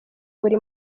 buri